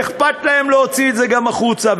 אכפת להם להוציא את זה גם החוצה?